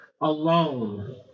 alone